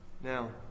Now